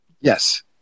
Yes